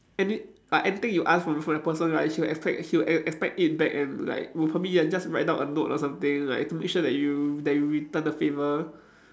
any~ uh anything you ask from from that person right he would expect he would e~ expect it back and like would probably like just write down a note or something like to make sure that you that you return the favor